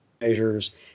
measures